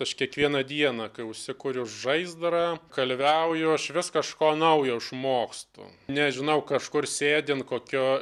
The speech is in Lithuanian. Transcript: aš kiekvieną dieną kai užsikuriu žaizdrą kalviauju aš vis kažko naujo išmokstu nežinau kažkur sėdint kokio